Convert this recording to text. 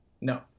No